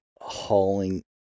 hauling